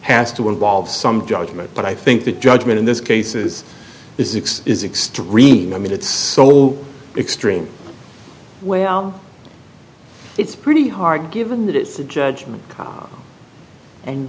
has to involve some judgment but i think the judgment in this case is this is extreme i mean it's so extreme it's pretty hard given that it's a judgment call and